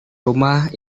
rumah